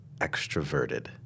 extroverted